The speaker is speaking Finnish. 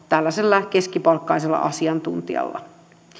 tällaisella keskipalkkaisella asiantuntijalla